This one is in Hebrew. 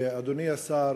אדוני השר,